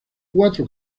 cuatro